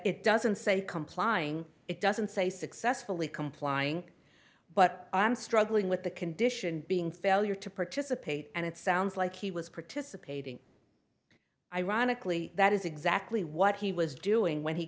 it doesn't say complying it doesn't say successfully complying but i'm struggling with the condition being failure to participate and it sounds like he was participating ironically that is exactly what he was doing when he